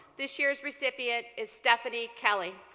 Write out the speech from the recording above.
this year's recipient is stephanie kelly.